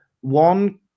one